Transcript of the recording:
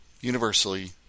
universally